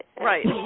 Right